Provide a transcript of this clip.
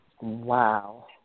Wow